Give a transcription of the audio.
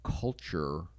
culture